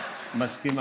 מסכימה.